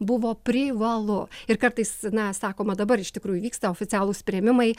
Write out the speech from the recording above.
buvo privalu ir kartais na sakoma dabar iš tikrųjų vyksta oficialūs priėmimai